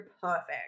perfect